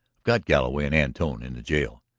i've got galloway and antone in the jail.